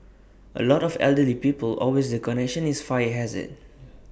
A lot of elderly people always the connection is fire hazard